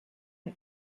ein